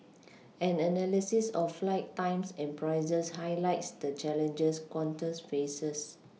an analysis of flight times and prices highlights the challenges Qantas faces